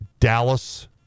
Dallas